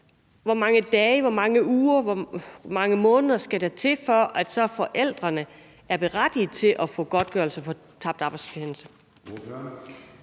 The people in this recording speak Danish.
hvor mange uger og hvor mange måneder skal der til, for at forældrene så er berettiget til at få godtgørelse for tabt arbejdsfortjeneste?